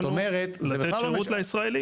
לתת שירות לישראלים.